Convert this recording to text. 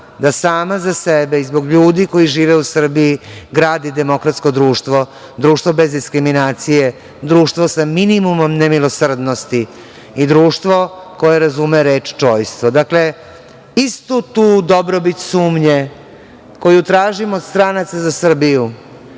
da sama za sebe i zbog ljudi koji žive u Srbiji, gradi demokratsko društvo, društvo bez diskriminacije, društvo sa minimumom nemilosrdnosti i društvo koje razume reč - čojstvo. Dakle, istu tu dobrobit sumnje koju tražimo od stranaca za Srbiju,